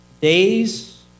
Days